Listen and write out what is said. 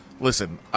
Listen